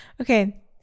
Okay